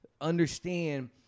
understand